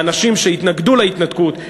האנשים שהתנגדו להתנתקות,